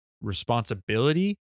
responsibility